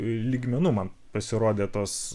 lygmenų man pasirodė tos